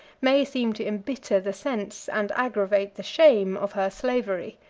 may seem to imbitter the sense, and aggravate the shame, of her slavery.